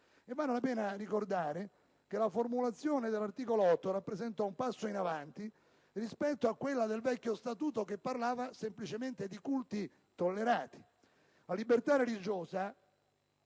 Vale la pena ricordare che la formulazione dell'articolo 8 rappresenta un passo in avanti rispetto a quella del vecchio statuto che parlava semplicemente di culti tollerati. La libertà religiosa